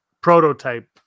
prototype